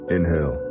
Inhale